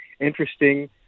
interesting